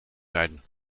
zijn